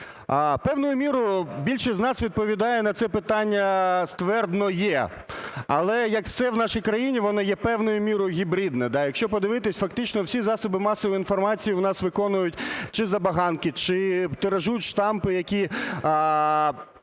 Певною мірою більшість з нас відповідає на це питання ствердно: "Є!". Але, як все в нашій країні, воно є певною мірою гібридне, да. Якщо подивитись, фактично всі засоби масової інформації у нас виконують чи забаганки, чи тиражують штампи, які